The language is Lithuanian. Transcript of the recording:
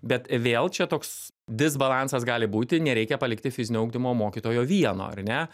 bet vėl čia toks disbalansas gali būti nereikia palikti fizinio ugdymo mokytojo vieno ar ne